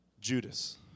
Judas